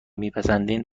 میپسندین